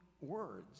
words